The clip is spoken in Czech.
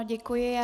Děkuji.